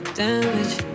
damage